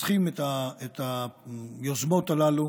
שמכסחים את היוזמות הללו,